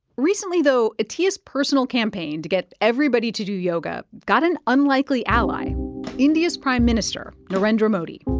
recently though, atiya's personal campaign to get everybody to do yoga got an unlikely ally india's prime minister, narendra modi,